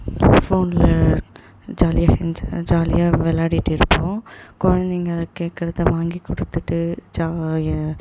ஃபோனில் ஜாலியாக என் ஜாலியாக விளாடிட்டு இருப்போம் குழந்தைங்க கேட்குறத வாங்கி கொடுத்துட்டு ஜா ஏ